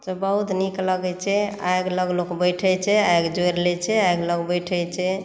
सभ बहुत नीक लगै छै आगि लग लोक बैठै छै आगि जोड़ि लै छै आगि लग लोक बैठै छै